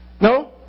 No